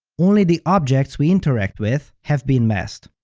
only the objects we interact with have been masked.